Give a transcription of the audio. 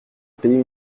payer